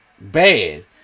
Bad